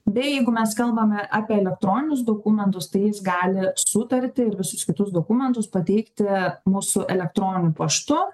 bei jeigu mes kalbame apie elektroninius dokumentus tai jis gali sutartį ir visus kitus dokumentus pateikti mūsų elektroniniu paštu